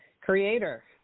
Creator